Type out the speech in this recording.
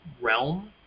realm